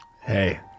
Hey